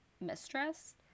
mistress